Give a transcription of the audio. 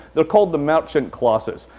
they're called the merchant classes,